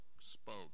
spoke